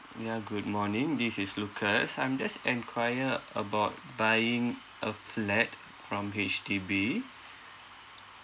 ya good morning this is lukas I'm just enquire about buying a flat from H_D_B